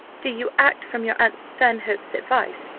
do you act from your aunt stanhope's advice,